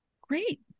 Great